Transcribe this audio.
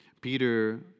Peter